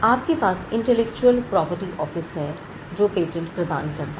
आपके पास intellectual property office है जो पेटेंट प्रदान करता है